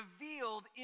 revealed